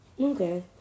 Okay